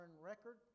record